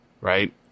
right